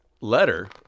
letter